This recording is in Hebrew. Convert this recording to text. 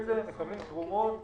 אבל